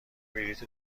بلیط